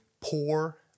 poor